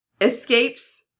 escapes